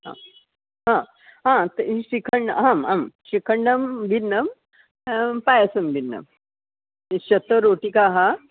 आं तर्हि श्रीखण्ड आम् आं श्रीखण्डं भिन्नं पायसं भिन्नं शतरोटिकाः